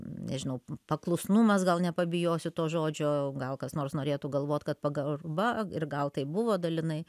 nežinau paklusnumas gal nepabijosiu to žodžio gal kas nors norėtų galvot kad pagarba ir gal tai buvo dalinai